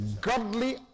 godly